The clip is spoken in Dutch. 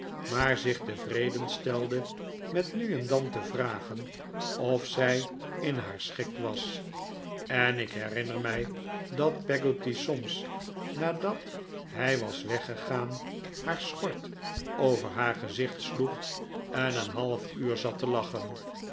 maar zich tevreden stelde met nu en dan te vragen of zij in haar schik was en ik herinner mij dat peggotty soms nadat hij was weggegaan haar schort over haar gezicht sloeg en een half uur zat te lachen